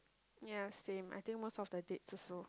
ya same I think most of the dates also